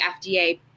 FDA